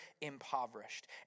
impoverished